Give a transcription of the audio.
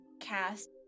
cast